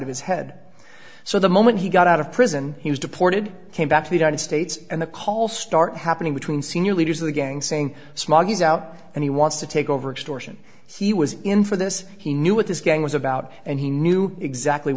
of his head so the moment he got out of prison he was deported came back to the united states and the call start happening between senior leaders of the gang saying smog is out and he wants to take over extortion he was in for this he knew what this gang was about and he knew exactly